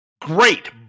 Great